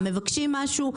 מבקשים משהו,